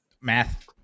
Math